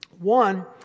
One